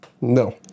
no